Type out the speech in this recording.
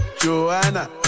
Joanna